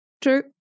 True